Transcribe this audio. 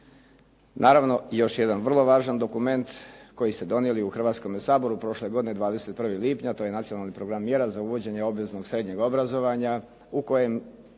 Naravno još jedan vrlo važan dokument koji ste donijeli u Hrvatskom saboru prošle godine 21. lipnja to je Nacionalni program mjera za uvođenje obveznog srednjeg obrazovanja